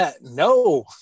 No